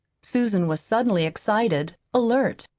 susan was suddenly excited, alert.